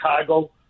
Chicago